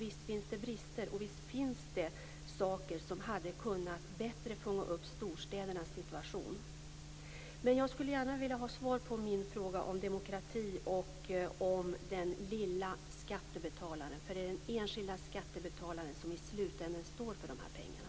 Visst finns det brister, och visst finns det åtgärder som bättre hade kunnat fånga upp storstädernas situation. Jag skulle gärna vilja ha svar på min fråga om demokrati och om den lilla skattebetalaren, för det är den enskilda skattebetalaren som i slutänden står för pengarna.